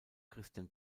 christian